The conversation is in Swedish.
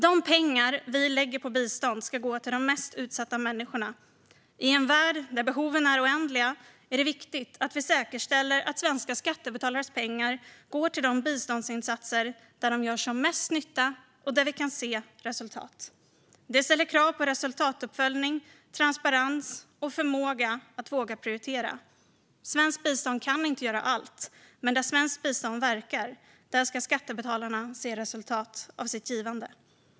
De pengar som vi lägger på bistånd ska gå till de mest utsatta människorna. I en värld där behoven är oändliga är det viktigt att vi säkerställer att svenska skattebetalares pengar går till biståndsinsatser där de gör som mest nytta och där vi kan se resultat. Det ställer krav på resultatuppföljning, transparens och förmåga att våga prioritera. Svenskt bistånd kan inte göra allt. Men där svenskt bistånd verkar ska skattebetalarna se resultat av sitt givande.